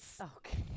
Okay